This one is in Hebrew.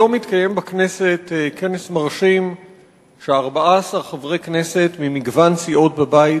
היום התקיים בכנסת כנס מרשים שיזמו 14 חברי כנסת ממגוון סיעות בבית,